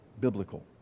biblical